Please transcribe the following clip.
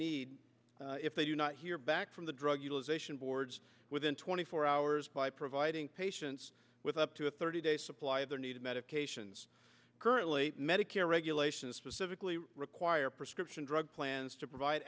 need if they do not hear back from the drug utilization boards within twenty four hours by providing patients with up to a thirty day supply of their needed medications currently medicare regulations specifically require prescription drug plans to provide